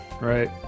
right